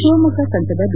ಶಿವಮೊಗ್ಗ ಸಂಸದ ಬಿ